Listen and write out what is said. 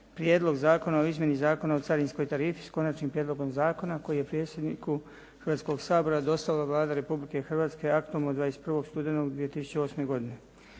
Prijedlog zakona o izmjeni Zakona o carinskoj tarifi, s Konačnim prijedlogom zakona koji je predsjedniku Hrvatskoga sabora dostavila Vlada Republike Hrvatske aktom od 21. studenoga 2008. godine.